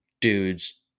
dudes